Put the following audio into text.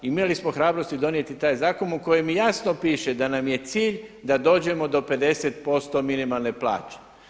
Imali smo hrabrosti donijeti taj zakon u kojem jasno piše da nam je cilj da dođemo do 50% minimalne plaće.